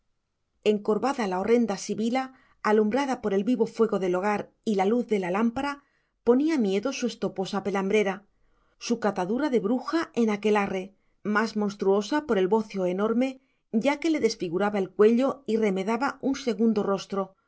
encorvada la horrenda sibila alumbrada por el vivo fuego del hogar y la luz de la lámpara ponía miedo su estoposa pelambrera su catadura de bruja en aquelarre más monstruosa por el bocio enorme ya que le desfiguraba el cuello y remedaba un segundo rostro